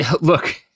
look